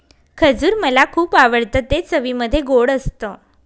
खजूर मला खुप आवडतं ते चवीमध्ये गोड असत